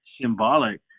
symbolic